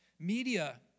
Media